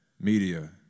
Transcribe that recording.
media